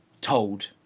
told